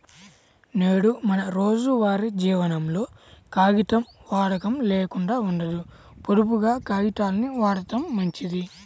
నేడు మన రోజువారీ జీవనంలో కాగితం వాడకం లేకుండా ఉండదు, పొదుపుగా కాగితాల్ని వాడటం మంచిది